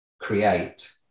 create